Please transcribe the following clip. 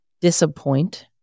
disappoint